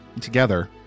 together